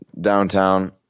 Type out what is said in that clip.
downtown